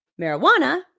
marijuana